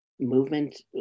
movement